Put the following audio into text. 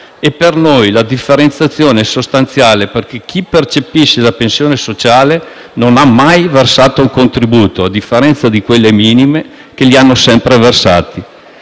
Per noi la differenziazione è sostanziale, perché chi percepisce la pensione sociale non ha mai versato un contributo, a differenza dei percettori delle minime, che li hanno sempre versati.